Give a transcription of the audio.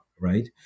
right